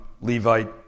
Levite